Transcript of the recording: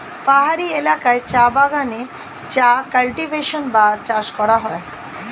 পাহাড়ি এলাকায় চা বাগানে চা কাল্টিভেশন বা চাষ করা হয়